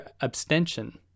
abstention